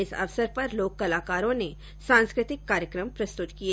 इस अवसर पर लोक कलाकारों ने सांस्कृतिक कार्यक्रम प्रस्तुत किए